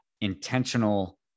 intentional